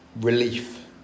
relief